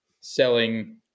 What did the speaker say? selling